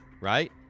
Right